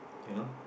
you know